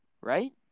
right